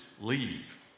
leave